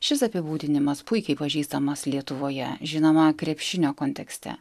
šis apibūdinimas puikiai pažįstamas lietuvoje žinoma krepšinio kontekste